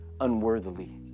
unworthily